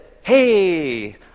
hey